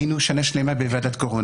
היינו שנה שלמה בוועדת קורונה,